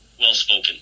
well-spoken